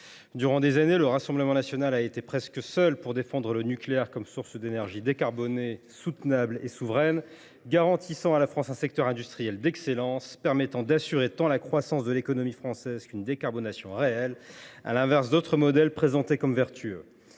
Durant des années, le Rassemblement national a été presque le seul parti à défendre le nucléaire comme source d’énergie décarbonée, soutenable et souveraine, garantissant à la France un secteur industriel d’excellence, et permettant d’assurer tant la croissance de l’économie française qu’une décarbonation réelle, à l’inverse d’autres modèles présentés comme vertueux.